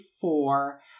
four